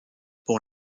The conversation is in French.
pour